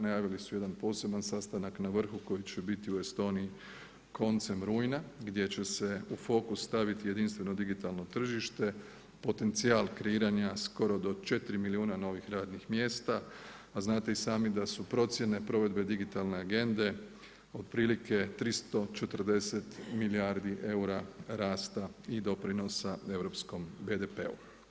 Najavili su jedan poseban sastanak na vrhu koji će biti u Estoniji koncem rujna gdje će se u fokus staviti jedinstveno digitalno tržište, potencijal kreiranja skoro do 4 milijuna novih radnih mjesta, a znate i sami da su procjene provedbe digitalne AGENDA-e otprilike 340 milijardi eura rasta i doprinosa europskom BDP-u.